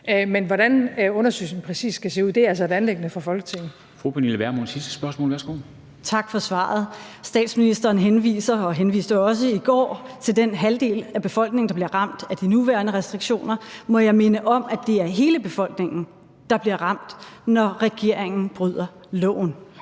Fru Pernille Vermund for sit sidste spørgsmål. Værsgo. Kl. 14:08 Pernille Vermund (NB): Tak for svaret. Statsministeren henviser og henviste også i går til den halvdel af befolkningen, der bliver ramt af de nuværende restriktioner. Må jeg minde om, at det er hele befolkningen, der bliver ramt, når regeringen bryder loven.